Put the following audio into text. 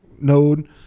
node